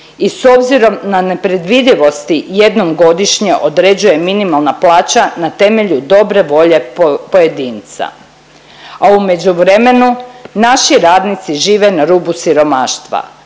i s obzirom na nepredvidivosti jednom godišnje određuje minimalna plaća na temelju dobre volje pojedinca, a u međuvremenu naši radnici žive na rubu siromaštva,